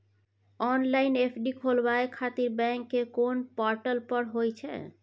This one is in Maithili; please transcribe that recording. ऑनलाइन एफ.डी खोलाबय खातिर बैंक के कोन पोर्टल पर होए छै?